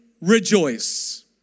rejoice